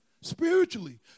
spiritually